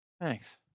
Thanks